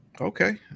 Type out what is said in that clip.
Okay